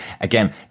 again